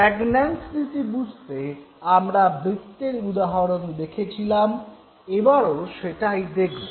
প্র্যাগন্যানজ নীতি বুঝতে আমরা বৃত্তের উদাহরণ দেখেছিলাম এবারও সেটাই দেখব